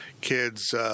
kids –